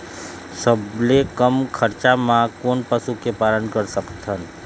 सबले कम खरचा मा कोन पशु के पालन कर सकथन?